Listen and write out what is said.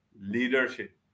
leadership